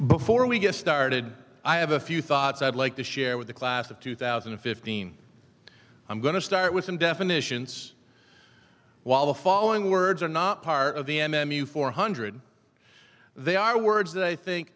before we get started i have a few thoughts i'd like to share with the class of two thousand and fifteen i'm going to start with some definitions while the following words are not part of the m m u four hundred they are words that i think